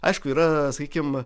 aišku yra sakykim